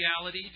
reality